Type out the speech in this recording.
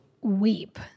weep